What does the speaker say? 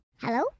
Hello